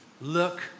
look